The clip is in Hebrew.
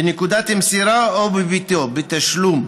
בנקודת מסירה או בביתו, בתשלום,